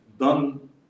done